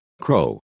Crow